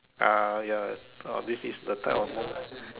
uh ya ah this is the type of woman